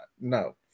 No